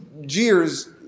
jeers